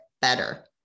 better